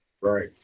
Right